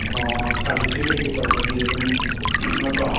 ꯑꯣ ꯁꯥꯔꯕꯤꯁꯤꯡ ꯀꯩꯀꯩ ꯇꯧꯕꯒꯤ ꯑꯗꯨꯝ ꯅꯠꯇ꯭ꯔꯣ